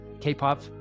K-pop